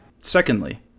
Secondly